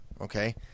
Okay